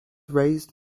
raised